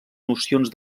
nocions